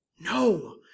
No